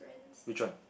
which one